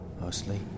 Mostly